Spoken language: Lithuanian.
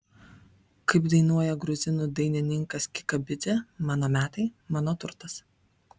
kaip dainuoja gruzinų dainininkas kikabidzė mano metai mano turtas